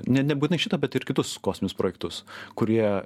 ne nebūtinai šitą bet ir kitus kosminius projektus kurie